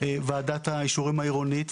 ועדת האישורים העירונית,